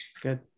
Good